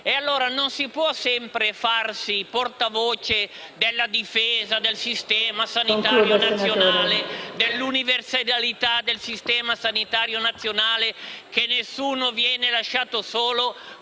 Non ci si può fare sempre portavoce della difesa del sistema sanitario nazionale, dell'universalità del sistema sanitario nazionale, per cui nessuno viene lasciato solo,